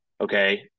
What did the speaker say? Okay